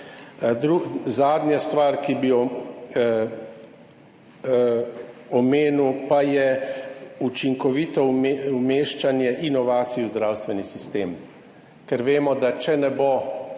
Zadnja stvar, ki bi jo omenil, pa je učinkovito umeščanje inovacij v zdravstveni sistem, ker vemo, da če ne bo,